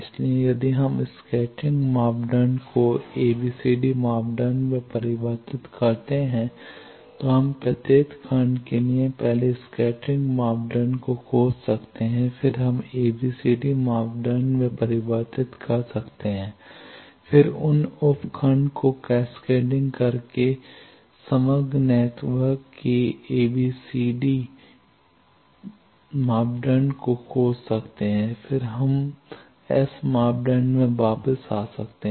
इसलिए यदि हम स्कैटरिंग मापदंड को ABCD मापदंड में परिवर्तित करते हैं तो हम प्रत्येक खंड के लिए पहले स्कैटरिंग मापदंड को खोज सकते हैं फिर हम ABCD मापदंड में परिवर्तित कर सकते हैं फिर उन उप खंड को कैस्केडिंग करके समग्र नेटवर्क के ABCD मापदंड को खोज सकते हैं और फिर हम एस मापदंड में वापस आ सकते हैं